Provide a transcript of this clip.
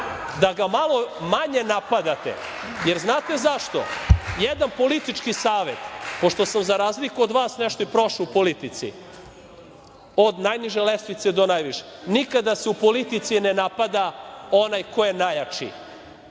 da ga malo manje napadate, jer znate zašto, jedan politički savet, pošto sam za razliku od vas, nešto i prošao u politici, od najniže lestvice da najviše, nikada se u politici ne napada onaj koji je najjači.